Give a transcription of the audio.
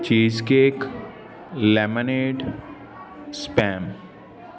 ਚੀਜ cake lemonade spam